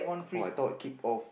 oh I thought keep off